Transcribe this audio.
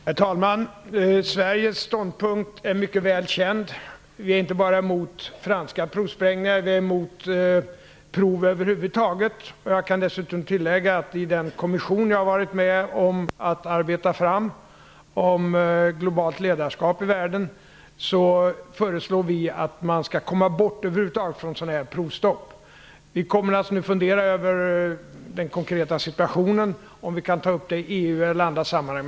Herr talman! Sveriges ståndpunkt är mycket väl känd. Vi är inte bara emot franska provsprängningar. Vi är emot provsprängningar över huvud taget. I den kommission som jag har varit med om att arbeta fram om globalt ledarskap i världen föreslår vi att man över huvud taget skall komma bort från sådana här prov. Vi kommer att fundera över den konkreta situationen, om vi kan ta upp frågan i EU eller i andra sammanhang.